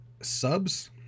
subs